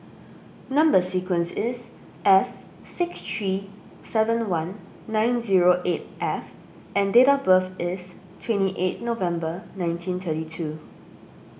Number Sequence is S six three seven one nine zero eight F and date of birth is twenty eight November nineteen thirty two